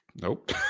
Nope